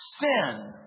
sin